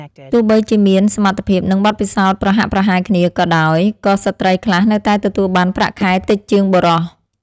ទោះបីជាមានសមត្ថភាពនិងបទពិសោធន៍ប្រហាក់ប្រហែលគ្នាក៏ដោយក៏ស្ត្រីខ្លះនៅតែទទួលបានប្រាក់ខែតិចជាងបុរស។